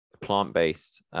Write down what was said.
plant-based